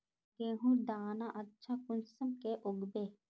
गेहूँर दाना अच्छा कुंसम के उगबे?